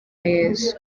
yezu